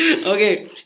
Okay